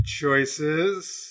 Choices